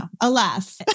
alas